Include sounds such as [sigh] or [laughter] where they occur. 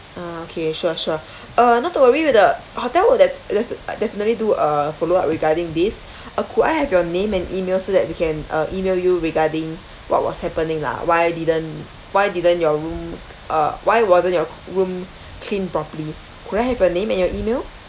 ah okay sure sure uh not to worry with the hotel will de~ defi~ uh definitely do a follow up regarding this [breath] uh could I have your name and email so that we can uh email you regarding what was happening lah why didn't why didn't your room uh why wasn't your room cleaned properly could I have a name and your email